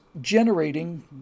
generating